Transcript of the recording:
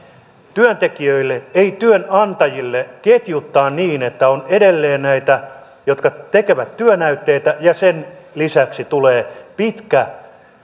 työntekijöille ei työnantajille ketjuttaa niin että on edelleen näitä jotka tekevät työnäytteitä ja sen lisäksi tulee pitkä